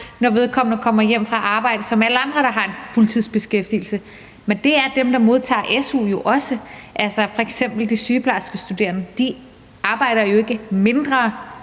når vedkommende kommer hjem fra arbejde, som alle andre, der har fuldtidsbeskæftigelse. Men det er dem, der modtager su jo også, altså f.eks. de sygeplejestuderende. De arbejder jo ikke mindre